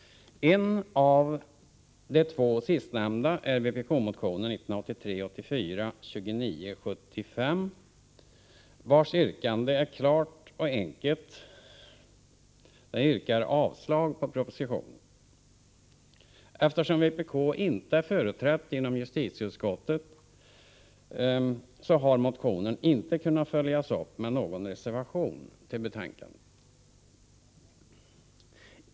En av de två sistnämnda är vpk:s partimotion 1983/84:2975 vars yrkande är klart och enkelt — den yrkar avslag på propositionen. Eftersom vpk inte är företrätt inom justitieutskottet så har motionen inte kunnat följas upp med någon reservation till betänkandet.